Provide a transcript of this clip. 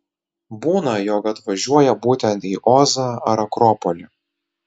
būna jog atvažiuoja būtent į ozą ar akropolį